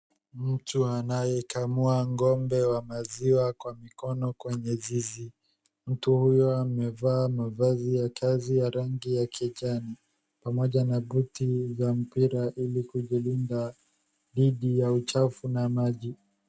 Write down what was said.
Mtu anayekamua ng'ombe wa maziwa kwa mikono kwenye zizi. Mtu huyo amevaa mavazi ya kazi ya rangi ya kijani, pamoja na buti za mpira ilikujilinda dhidi ya uchafu na maji.